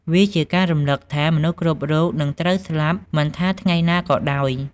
វាជាការរំលឹកថា មនុស្សគ្រប់រូបនឹងត្រូវស្លាប់មិនថាថ្ងៃណាក៏ដោយ។